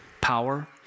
power